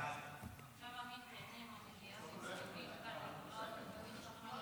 הצעת ועדת הכנסת להעביר את הצעת חוק מתן הטבות בדיור ללוחמים משוחררים